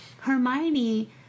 Hermione